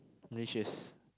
Malaysia's